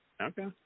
Okay